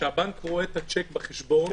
כשהבנק רואה את השיק בחשבון,